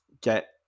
get